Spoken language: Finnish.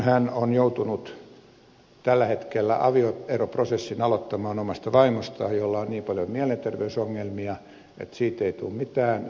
hän on joutunut tällä hetkellä avioeroprosessin aloittamaan omasta vaimostaan jolla on niin paljon mielenterveysongelmia että siitä yhteiselosta ei tule mitään